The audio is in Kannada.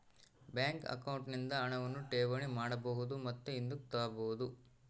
ಬ್ಯಾಂಕ್ ಅಕೌಂಟ್ ನಿಂದ ಹಣವನ್ನು ಠೇವಣಿ ಮಾಡಬಹುದು ಮತ್ತು ಹಿಂದುಕ್ ತಾಬೋದು